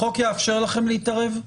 החוק יאפשר לכם להתערב?